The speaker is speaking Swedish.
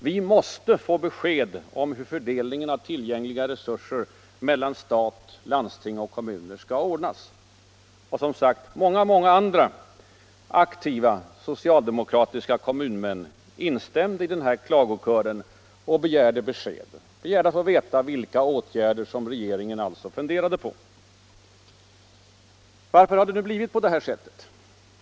”Vi måste få besked om hur fördelningen av tillgängliga resurser mellan stat, landsting och kommuner skall ordnas.” Och, som sagt, många andra aktiva socialdemokratiska kommunalmän instämde i klagokören och begärde att få veta vilka åtgärder som regeringen fundrade på. Varför har det nu blivit på det här sättet?